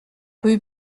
rue